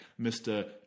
Mr